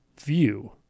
view